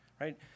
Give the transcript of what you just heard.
right